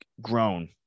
grown